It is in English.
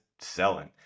selling